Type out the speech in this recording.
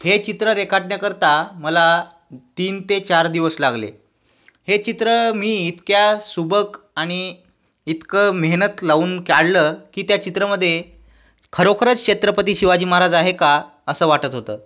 हे चित्र रेखाटण्याकरता मला तीन ते चार दिवस लागले हे चित्र मी इतक्या सुबक आणि इतकं मेहनत लावून काढलं की त्या चित्रामध्ये खरोखरच छत्रपती शिवाजी महाराज आहे का असं वाटत होतं